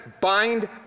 bind